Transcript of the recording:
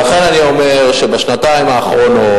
ולכן אני אומר שבשנתיים האחרונות,